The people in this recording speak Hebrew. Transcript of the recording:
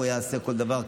הוא יעשה כל דבר.